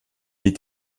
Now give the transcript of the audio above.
est